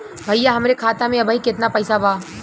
भईया हमरे खाता में अबहीं केतना पैसा बा?